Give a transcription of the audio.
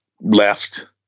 left